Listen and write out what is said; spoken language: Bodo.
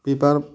बिबार